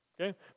Okay